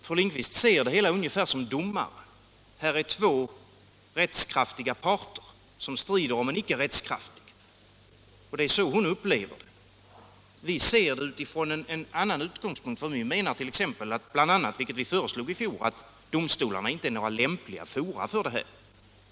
Fru Lindquist ser det hela som en domare: här är två rättskraftiga parter som strider om en icke rättskraftig part. Det är så hon upplever det. Vi ser det från en annan utgångspunkt. Vi menar bl.a., vilket vi också förde fram i fjol, att domstolarna inte är lämpliga fora för beslut av detta slag.